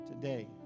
today